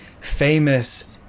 famous